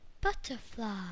butterfly